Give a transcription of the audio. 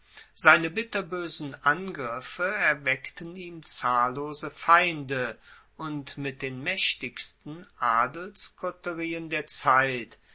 seine bitterboesen angriffe erweckten ihm zahllose feinde und mit den maechtigsten adelskoterien der zeit